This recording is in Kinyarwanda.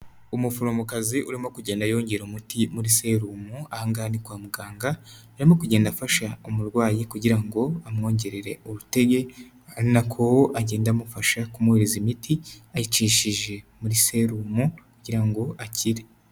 Umuforomokazi urimo kugenda yongera umuti muri serumu, ahangaha ni kwa muganga. arimo kugenda afasha umurwayi kugira ngo amwongerere urutege, arinako agenda amufasha kumuhereza imiti, ayicishije muri serumo kugira ngo akire.